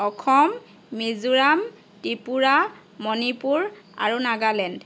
অসম মিজোৰাম ত্ৰিপুৰা মণিপুৰ আৰু নাগালেণ্ড